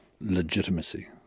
legitimacy